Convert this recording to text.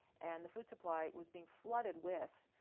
and the food supply was being flooded with